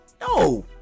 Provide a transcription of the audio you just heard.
No